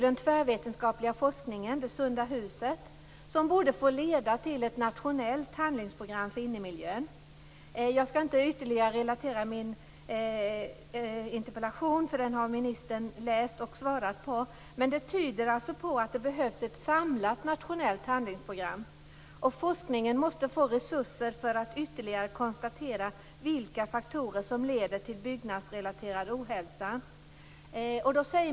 Det tvärvetenskapliga forskningsprojektet Det sunda huset borde få leda fram till ett nationellt handlingsprogram för innemiljön. Jag skall inte ytterligare relatera till min interpellation - den har ministern läst och svarat på - men det behövs ett samlat nationellt handlingsprogram. Forskningen måste få resurser för att ytterligare konstatera vilka faktorer som leder till byggnadsrelaterad ohälsa.